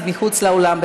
אז מחוץ לאולם,